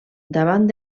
davant